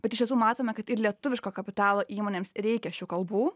bet iš tiesų matome kad ir lietuviško kapitalo įmonėms reikia šių kalbų